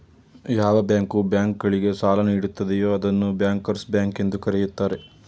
ಯಾವ bank bank ಗಳಿಗೆ ಸಾಲ ನೀಡುತ್ತದೆಯೂ ಅದನ್ನು ಬ್ಯಾಂಕರ್ಸ್ ಬ್ಯಾಂಕ್ ಎಂದು ಕರೆಯುತ್ತಾರೆ